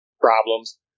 problems